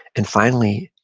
and, finally,